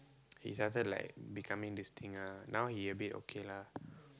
he's also like becoming this thing ah now he a bit okay lah